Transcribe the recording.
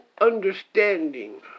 understanding